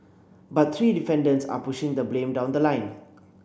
but three defendants are pushing the blame down the line